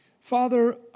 Father